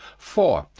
four.